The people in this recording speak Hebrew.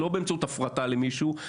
לא באמצעות הפרטה למישהו,